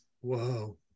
whoa